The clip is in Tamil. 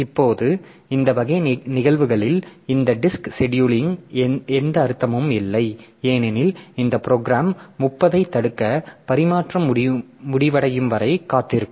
இப்போது இந்த வகை நிகழ்வுகளில் இந்த டிஸ்க் செடியூலிங்க்கு எந்த அர்த்தமும் இல்லை ஏனெனில் இந்த ப்ரோக்ராம் 30 ஐத் தடுக்க பரிமாற்றம் முடிவடையும் வரை காத்திருக்கும்